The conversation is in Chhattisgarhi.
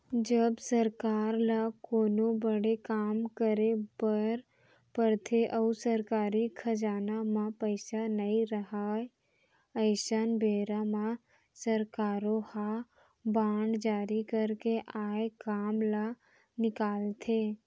जब सरकार ल कोनो बड़े काम करे बर परथे अउ सरकारी खजाना म पइसा नइ रहय अइसन बेरा म सरकारो ह बांड जारी करके आए काम ल निकालथे